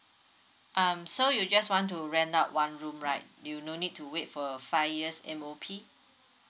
um so you just want to rent out one room right you no need to wait for five years M_O_P